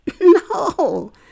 No